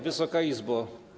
Wysoka Izbo!